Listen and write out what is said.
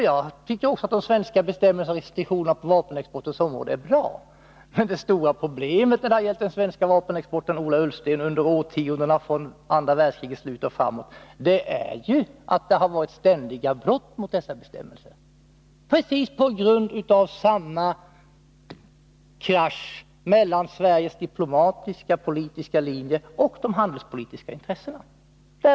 Jag tycker också att de svenska bestämmelserna och restriktionerna på vapenexportens område är bra. Men det stora problemet när det gällt den svenska vapenexporten under årtiondena sedan andra världskriget är ju att det förekommit ständiga brott mot dessa bestämmelser, på grund av kollisionen mellan Sveriges diplomatiska politiska linje och de handelspolitiska intressena.